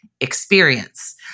experience